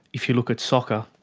if you look at soccer,